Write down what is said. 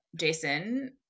Jason